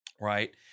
Right